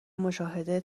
مشاهده